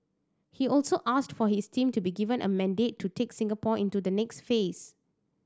he also asked for his team to be given a mandate to take Singapore into the next phase